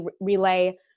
relay